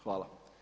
Hvala.